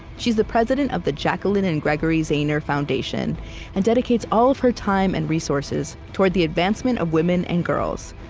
she is the president of the jacquelyn and gregory zehner foundation and dedicates all of her time and resources towards the advancement of women and girls.